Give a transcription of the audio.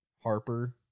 Harper